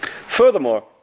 Furthermore